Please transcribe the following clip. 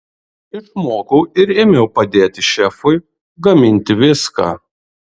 išmokau ir ėmiau padėti šefui gaminti viską